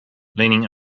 leaning